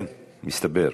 בבקשה.